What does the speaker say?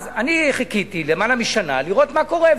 אני חיכיתי למעלה משנה לראות מה קורה,